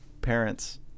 Parents